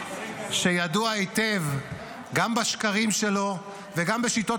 שידוע היטב גם בשקרים שלו וגם בשיטות